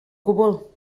gwbl